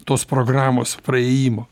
tos programos praėjimo